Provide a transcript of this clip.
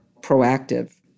proactive